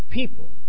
people